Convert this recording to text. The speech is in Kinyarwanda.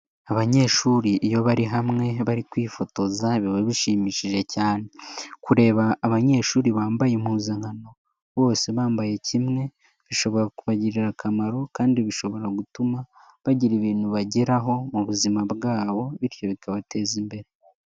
Abanyeshuri iyo bari hamwe bari kwifotoza biba bishimishije cyane. Kureba abanyeshuri bambaye impuzankano bose bambaye kimwe bishobora kubagirira akamaro kandi bishobora gutuma bagira ibintu bageraho mu buzima bwabo bityo bikabateza imbere.